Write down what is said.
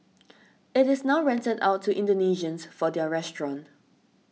it is now rented out to Indonesians for their restaurant